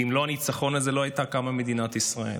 כי אם לא הניצחון הזה, לא הייתה קמה מדינת ישראל.